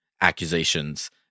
accusations